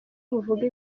buvuga